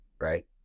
right